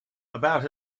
about